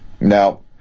Now